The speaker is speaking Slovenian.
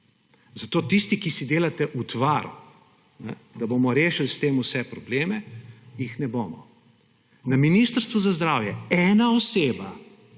Zato tisti, ki si delate utvaro, da bomo rešili s tem vse probleme − jih ne bomo. Na Ministrstvu za zdravje ena oseba,